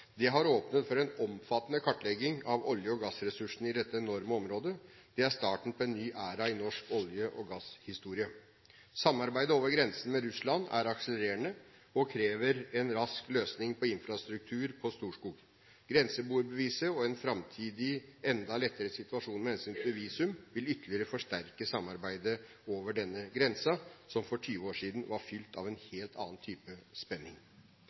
har åpnet for en omfattende kartlegging av olje- og gassressursene i dette enorme området og er starten på en ny æra i norsk olje- og gasshistorie. Samarbeidet over grensen mot Russland er akselererende, og krever en rask løsning på infrastrukturen på Storskog. Grenseboerbeviset og en framtidig enda lettere situasjon med hensyn til visum vil ytterligere forsterke samarbeidet over denne grensen, som for 20 år siden var fylt av en helt annen type spenning.